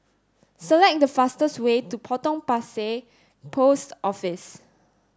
select the fastest way to Potong Pasir Post Office